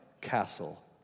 castle